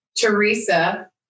Teresa